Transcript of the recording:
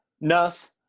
Nurse